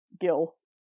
gills